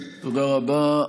תודה רבה.